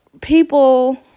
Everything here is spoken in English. people